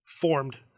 Formed